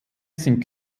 sind